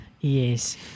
Yes